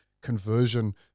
conversion